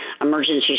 emergency